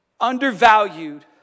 undervalued